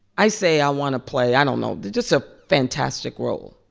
i say, i want to play i don't know just a fantastic role.